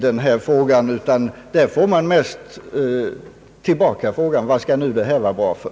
Man får oftast frågan tillbaka: Vad skall nu det här vara bra för?